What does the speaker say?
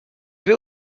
vais